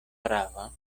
prava